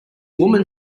woman